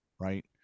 right